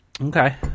Okay